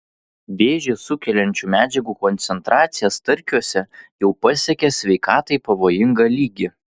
vėžį sukeliančių medžiagų koncentracija starkiuose jau pasiekė sveikatai pavojingą lygį